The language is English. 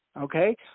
okay